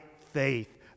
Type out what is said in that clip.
faith